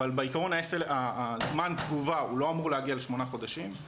אבל בעיקרון הזמן תגובה הוא לא אמור להגיע לשמונה חודשים,